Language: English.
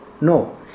No